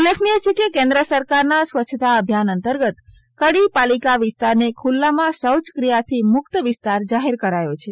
ઉલ્લેખનીય છેકે કેન્દ્ર સરકારના સ્વચ્છતા અભિયાન અંતર્ગત કડી પાલિકા વિસ્તારને ખુલ્લામાં શૌચક્રિયાથી મુક્ત વિસ્તાર જાહેર કરાયો છે